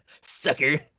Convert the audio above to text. sucker